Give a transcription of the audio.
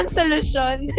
solution